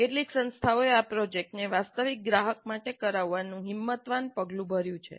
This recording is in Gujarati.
કેટલીક સંસ્થાઓએ આ પ્રોજેક્ટને વાસ્તવિક ગ્રાહક માટે કરાવવાની હિંમતવાન પગલું ભર્યું છે